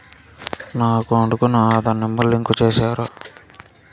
నా అకౌంట్ కు నా ఆధార్ నెంబర్ లింకు చేసారా